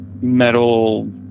metal